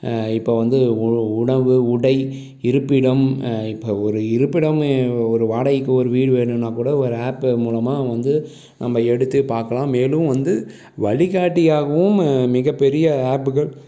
இப்போ வந்து உ உணவு உடை இருப்பிடம் இப்போ ஒரு இருப்பிடம் ஒரு வாடைகைக்கு ஒரு வீடு வேணுன்னா கூட ஒரு ஆப்பு மூலமாக அவங்க வந்து நம்ம எடுத்து பார்க்கலாம் மேலும் வந்து வழிகாட்டியாகவும் மிகப்பெரிய ஆப்புகள்